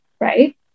right